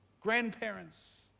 grandparents